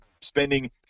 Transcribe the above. spending